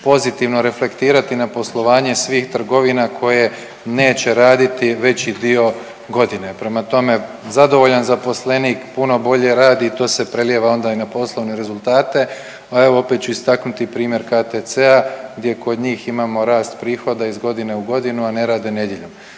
pozitivno reflektirati na poslovanje svih trgovina koje neće raditi veći dio godine. Prema tome, zadovoljan zaposlenik puno bolje radi i to se prelijeva onda i na poslovne rezultate, a evo opet ću istaknuti primjer KTC-a gdje kod njih imamo rast prihoda iz godine u godinu, a ne rade nedjeljom